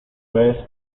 vez